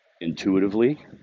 intuitively